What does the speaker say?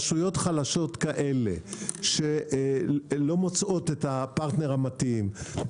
רשויות חלשות כאלה שלא מוצאות את הפרטנר המתאים,